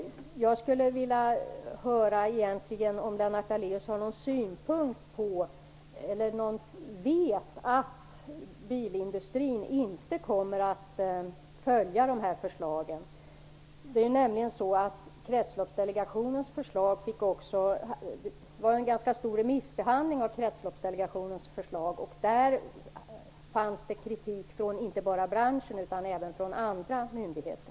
Jag skulle vilja höra om Lennart Daléus vet att bilindustrin inte kommer att följa de här förslagen. Kretsloppsdelegationens förslag blev ju föremål för en ganska omfattande remissbehandling, och det fanns kritik inte bara från branschen utan även andra myndigheter.